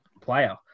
player